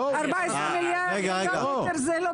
14 מיליון זה כלום?